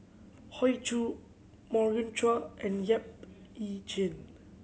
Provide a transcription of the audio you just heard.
Hoey Choo Morgan Chua and Yap Ee Chian